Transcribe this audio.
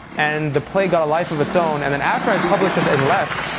and the play got a life of its own. and then after i'd published it and left,